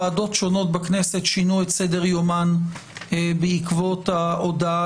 ועדות שונות בכנסת שינו את סדר יומן בעקבות ההודעה